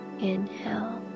inhale